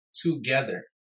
together